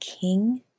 king